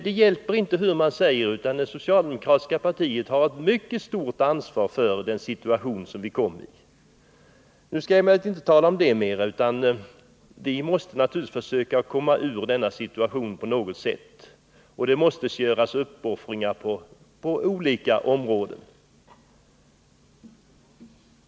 Det hjälper alltså inte vad man än säger — det socialdemokratiska partiet har ett mycket stort ansvar för den situation som vi kommit i. Jag skall emellertid inte tala mer om det nu. Vi måste naturligtvis försöka komma ur denna situation på något sätt. Det måste göras uppoffringar på olika områden.